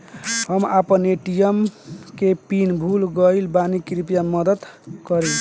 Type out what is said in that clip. हम आपन ए.टी.एम के पीन भूल गइल बानी कृपया मदद करी